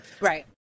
Right